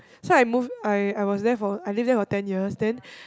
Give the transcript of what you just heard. so I move I I was there for I lived there for ten years then